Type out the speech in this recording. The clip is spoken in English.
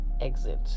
exit